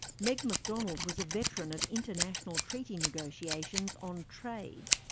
meg mcdonald was a veteran of international treaty negotiations on trade.